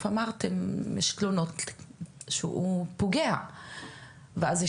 אתם אמרתם שיש עליו תלונות שהוא פוגע ואז אני